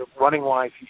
running-wise